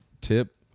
tip